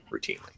routinely